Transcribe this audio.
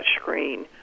touchscreen